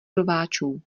rváčů